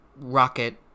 rocket